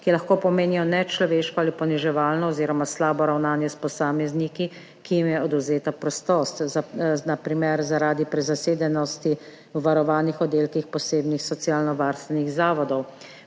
ki lahko pomenijo nečloveško ali poniževalno oziroma slabo ravnanje s posamezniki, ki jim je odvzeta prostost, na primer zaradi prezasedenosti v varovanih oddelkih posebnih socialnovarstvenih zavodov.